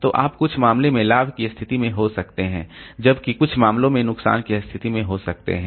तो आप कुछ मामलों में लाभ कि स्थिति में हो सकते हैं जबकि कुछ मामलों में नुकसान की स्थिति में हो सकते हैं